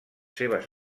seves